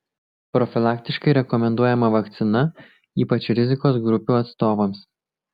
profilaktiškai rekomenduojama vakcina ypač rizikos grupių atstovams